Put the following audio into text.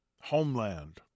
homeland